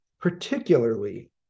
particularly